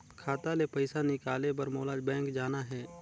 खाता ले पइसा निकाले बर मोला बैंक जाना हे?